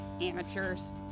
Amateurs